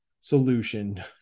solution